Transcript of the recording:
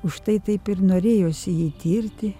užtai taip ir norėjosi jį tirti